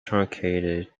truncated